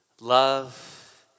Love